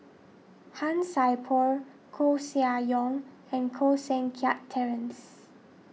Han Sai Por Koeh Sia Yong and Koh Seng Kiat Terence